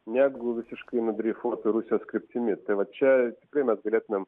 negu visiškai nudreifuotų rusijos kryptimi tai vat čia tikrai mes galėtumėm